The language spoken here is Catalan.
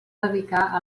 dedicar